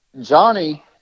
Johnny